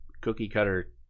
cookie-cutter